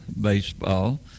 baseball